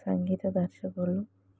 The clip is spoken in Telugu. సంగీత దర్శకులు